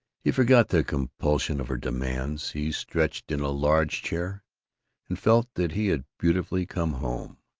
he forgot the compulsion of her demands, he stretched in a large chair and felt that he had beautifully come home.